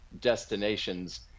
destinations